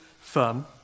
firm